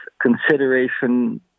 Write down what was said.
consideration